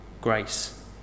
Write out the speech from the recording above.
grace